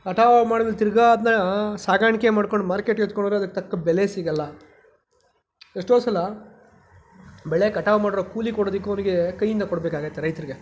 ಕಟಾವು ಮಾಡಿದ್ಮೇಲೆ ತಿರ್ಗಾ ಅದನ್ನ ಸಾಗಾಣಿಕೆ ಮಾಡ್ಕೊಂಡು ಮಾರ್ಕೆಟಿಗೆ ಎತ್ಕೊಂಡೋದ್ರೆ ಅದಕ್ಕೆ ತಕ್ಕ ಬೆಲೆ ಸಿಗಲ್ಲ ಎಷ್ಟೋ ಸಲ ಬೆಳೆ ಕಟಾವು ಮಾಡಿರೋ ಕೂಲಿ ಕೊಡೋದಕ್ಕೂ ಅವರಿಗೆ ಕೈಯ್ಯಿಂದ ಕೊಡಬೇಕಾಗತ್ತೆ ರೈತರಿಗೆ